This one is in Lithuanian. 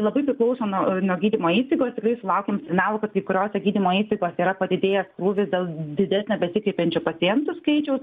labai priklauso nuo nuo gydymo įstaigos tikrai sulaukiam melo kad kai kuriose gydymo įstaigose yra padidėjęs krūvis dėl didesnio besikreipiančių pacientų skaičiaus